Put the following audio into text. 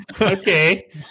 okay